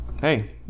hey